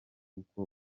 uko